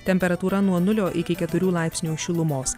temperatūra nuo nulio iki keturių laipsnių šilumos